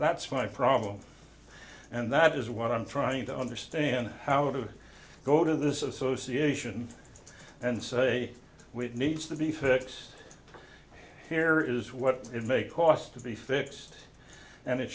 that's my problem and that is what i'm trying to understand how to go to this association and say which needs to be fixed here is what it may cost to be fixed and it